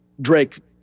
Drake